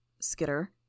Skitter